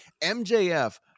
mjf